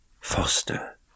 Foster